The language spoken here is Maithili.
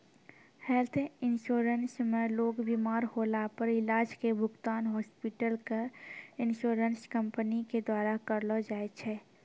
हेल्थ इन्शुरन्स मे लोग बिमार होला पर इलाज के भुगतान हॉस्पिटल क इन्शुरन्स कम्पनी के द्वारा करलौ जाय छै